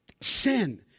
Sin